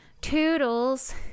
Toodles